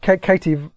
Katie